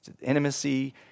Intimacy